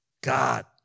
God